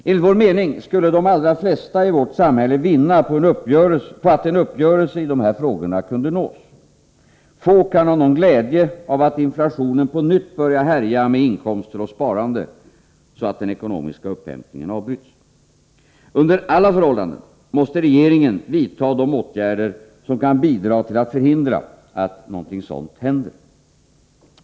Enligt vår mening skulle de allra flesta i vårt samhälle vinna på en uppgörelse i dessa frågor. Få kan ha någon glädje av att inflationen på nytt börjar härja när det gäller inkomster och sparande så att den ekonomiska upphämtningen avbryts. Under alla förhållanden måste regeringen vidta de åtgärder som kan bidra till att förhindra att något sådant händer.